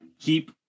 keep